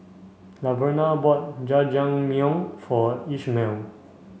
Laverna bought Jajangmyeon for Ishmael